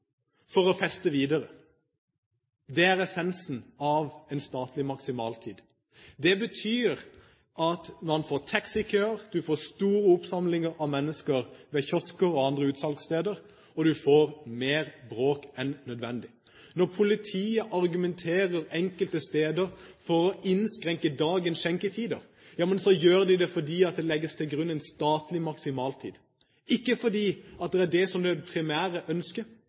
for å feste videre. Det er essensen av en statlig maksimaltid. Det betyr at man får taxikøer, man får store oppsamlinger av mennesker ved kiosker og andre utsalgssteder, og man får mer bråk enn nødvendig. Når politiet argumenterer for å innskrenke dagens skjenketider enkelte steder, gjør de det fordi det legges til grunn en statlig maksimaltid, ikke fordi det er det som er det primære ønsket.